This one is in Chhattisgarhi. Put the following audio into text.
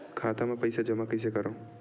खाता म पईसा जमा कइसे करव?